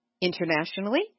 Internationally